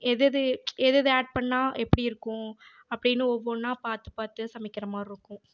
எது எது எது எது அட் பண்ணால் எப்படி இருக்கும் அப்படின்னு ஒவ்வொன்றா பார்த்து பார்த்து சமைக்கிற மாதிரி இருக்கும்